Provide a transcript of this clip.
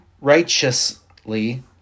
righteously